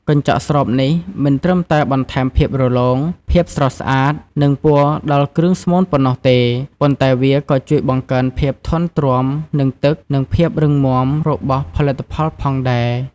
កញ្ចក់ស្រោបនេះ មិនត្រឹមតែបន្ថែមភាពរលោង ភាពស្រស់ស្អាត និងពណ៌ដល់គ្រឿងស្មូនប៉ុណ្ណោះទេ ប៉ុន្តែវាក៏ជួយបង្កើនភាពធន់ទ្រាំនឹងទឹក និងភាពរឹងមាំរបស់ផលិតផលផងដែរ។